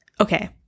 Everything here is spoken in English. Okay